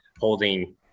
holding